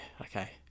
okay